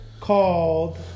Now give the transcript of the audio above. called